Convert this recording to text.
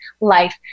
life